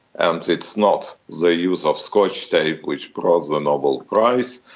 and it's not the use of scotch tape which brought the nobel prize,